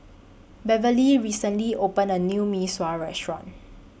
Beverly recently opened A New Mee Sua Restaurant